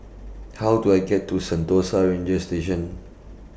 How Do I get to Sentosa Ranger Station